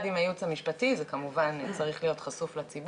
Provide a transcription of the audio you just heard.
לא ב-100% מקפידים שהמען יהיה תמיד